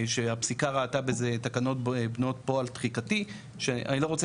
שהפסיקה ראתה בזה תקנות בנות פועל דחיקתי שאני לא רוצה